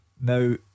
Now